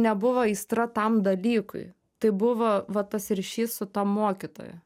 nebuvo aistra tam dalykui tai buvo va tas ryšys su ta mokytoja